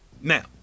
now